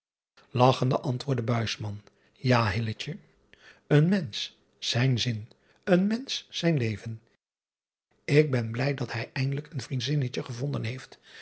agchende antwoordde a een mensch zijn zin een mensch zijn leven k ben blij dat hij eindelijk een riezinnetje gevonden heeft